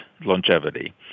longevity